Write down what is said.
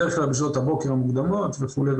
בדרך-כלל בשעות הבוקר המוקדמות וכו'.